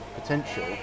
potential